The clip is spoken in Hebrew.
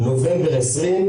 נובמבר 2020,